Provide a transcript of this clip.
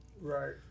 Right